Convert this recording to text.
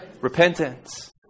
Repentance